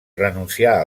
renuncià